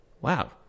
Wow